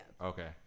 Okay